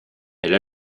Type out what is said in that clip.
elle